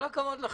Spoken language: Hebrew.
כל הכבוד לכם...